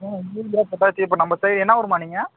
ம் urea potassium இப்போ நம்ம சை என்னா ஊர்ம்மா நீங்கள்